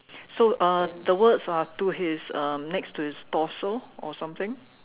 so uh the words are to his uh next to his torso or something